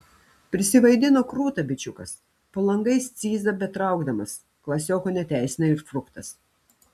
prisivaidino krūtą bičiukas po langais cyzą betraukdamas klasioko neteisina ir fruktas